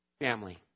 Family